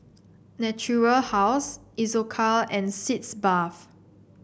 Natura House Isocal and Sitz Bath